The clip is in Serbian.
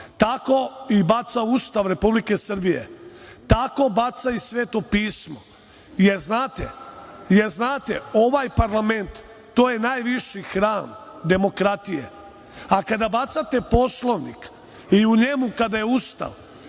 tako baca i Ustav Republike Srbije, tako baca i Sveto pismo. Jer, znate, ovaj parlament to je najviši hram demokratije, a kada bacate Poslovnik i u njemu kada je Ustav